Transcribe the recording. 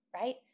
right